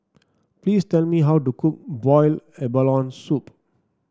please tell me how to cook Boiled Abalone Soup